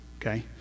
Okay